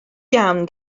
iawn